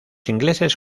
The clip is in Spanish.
ingleses